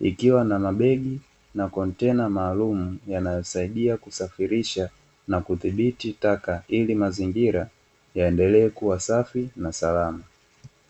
Ikiwa na mabegi na kontena maalumu yanayosaidia kusafirisha na kudhibiti taka ili mazingira yaendelee kuwa safi na salama.